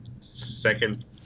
second